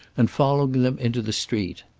and following them into the street.